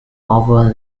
over